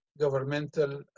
governmental